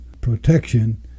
protection